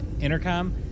intercom